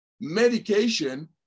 medication